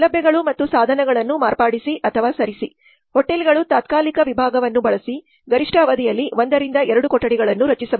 ಸೌಲಭ್ಯಗಳು ಮತ್ತು ಸಾಧನಗಳನ್ನು ಮಾರ್ಪಡಿಸಿ ಅಥವಾ ಸರಿಸಿ ಹೋಟೆಲ್ಗಳು ತಾತ್ಕಾಲಿಕ ವಿಭಾಗವನ್ನು ಬಳಸಿ ಗರಿಷ್ಠ ಅವಧಿಯಲ್ಲಿ ಒಂದರಿಂದ ಎರಡು ಕೊಠಡಿಗಳನ್ನು ರಚಿಸಬಹುದು